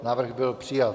Návrh byl přijat.